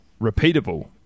repeatable